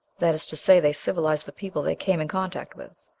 that is to say, they civilized the people they came in contact with.